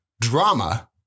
drama